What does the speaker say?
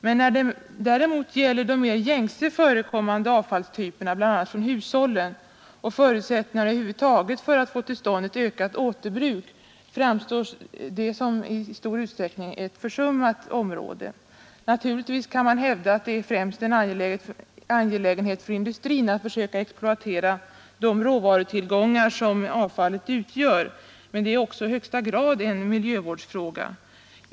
Men när det gäller de mera gängse förekommande avfallstyperna, bl.a. från hushållen, och förutsättningarna över huvud taget för att få till stånd en tidig frånskiljning av avfall och ett ökat återbruk, framstår detta som ett i stor utsträckning försummat område. Naturligtvis kan man hävda att det främst är en angelägenhet för 21 industrin att försöka exploatera de råvarutillgångar som avfallet utgör, men det är också i högsta grad en miljövårdsfråga.